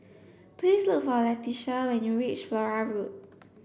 please look for Leitha when you reach Flora Road